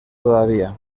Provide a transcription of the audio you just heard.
todavía